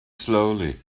slowly